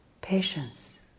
Patience